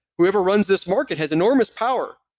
whoever runs this market has enormous power.